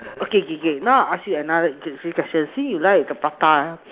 okay K K now I ask you another a few questions see you like the prata